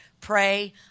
pray